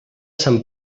sant